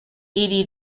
eighty